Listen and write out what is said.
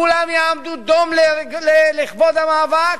כולם יעמדו דום לכבוד המאבק,